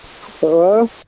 Hello